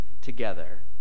together